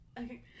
okay